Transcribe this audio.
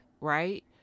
right